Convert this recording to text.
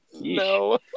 No